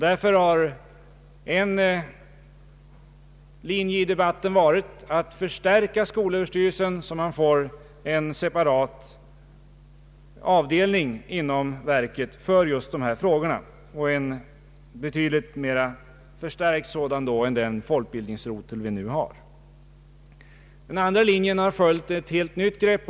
Därför har en linje i debatten varit att man skall förstärka skolöverstyrelsen så att man för dessa frågor inom verket får en separat avdelning, med betydligt förstärkta resurser i förhållande till nuläget. En annan linje i debatten har pläderat för ett helt nytt grepp.